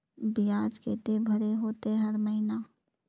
बियाज केते भरे होते हर महीना?